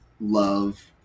love